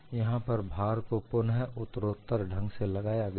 यहां पर भार को पुनः उत्तरोत्तर ढंग से लगाया गया है